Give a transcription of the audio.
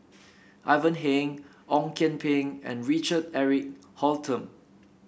Ivan Heng Ong Kian Peng and Richard Eric Holttum